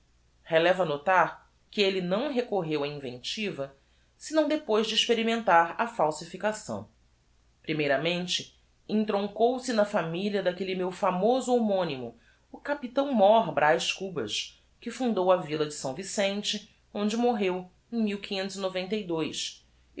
releva notar que elle não recorreu á inventiva senão depois de experimentar a falsificação primeiramente entroncou se na familia daquelle meu famoso homonymo o capitão mór braz cubas que fundou a villa de s vicente onde morreu em